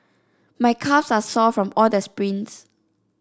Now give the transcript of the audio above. my calves are sore from all the sprints